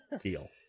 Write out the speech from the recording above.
Deal